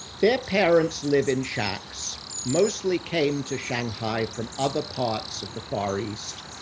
their parents live in shacks, mostly came to shanghai from other parts of the far east.